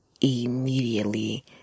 immediately